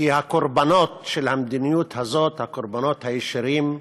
כי הקורבנות של המדיניות הזאת, הקורבנות הישירים,